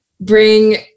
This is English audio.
bring